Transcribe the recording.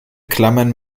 klammern